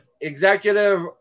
executive